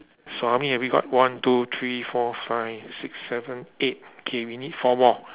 so how many have you got one two three four five six seven eight okay we need four more